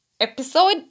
episode